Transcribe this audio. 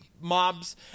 mobs